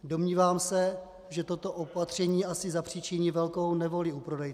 Domnívám se, že toto opatření asi zapříčiní velkou nevoli u prodejců.